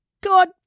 God